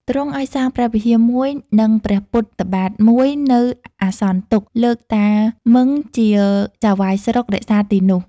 ទ្រង់ឲ្យសាងព្រះវិហារមួយ និងព្រះពុទ្ធ បាទមួយនៅអាសន្នទុក្ខ លើកតាម៊ឹងជាចៅហ្វាយស្រុករក្សាទីនោះ។